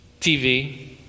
TV